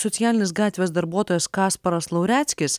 socialinis gatvės darbuotojas kasparas laureckis